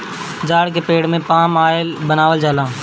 ताड़ के पेड़ से पाम आयल बनावल जाला